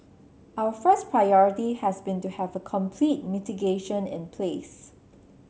our first priority has been to have a complete mitigation in place